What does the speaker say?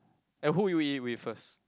and who you eat with first